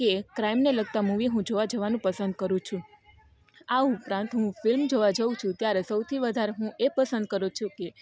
કે ક્રાઇમને લગતાં મૂવી હું જોવાં જવાનું પસંદ કરું છું આ ઉપરાંત હું ફિલ્મ જોવાં જાઉં છું ત્યારે સૌથી વધારે હું એ પસંદ કરું છું કે